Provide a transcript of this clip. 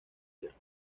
hooker